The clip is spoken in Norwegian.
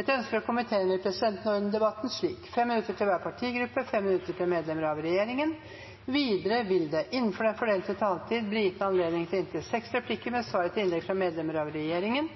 Etter ønske fra familie- og kulturkomiteen vil presidenten ordne debatten slik: 5 minutter til hver partigruppe og 5 minutter til medlemmer av regjeringen. Videre vil det – innenfor den fordelte taletid – bli gitt anledning til inntil seks replikker med svar etter innlegg fra medlemmer av regjeringen,